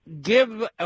give